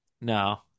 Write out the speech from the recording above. No